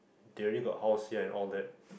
they already have house here and all that